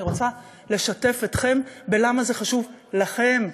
אני רוצה לשתף אתכם ב-למה חשובה לכם,